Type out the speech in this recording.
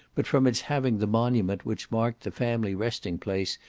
but from its having the monument which marked the family resting-place,